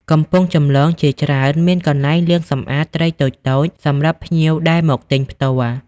កំពង់ចម្លងជាច្រើនមាន កន្លែងលាងសម្អាត ត្រីតូចៗសម្រាប់ភ្ញៀវដែលមកទិញផ្ទាល់។